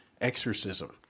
exorcism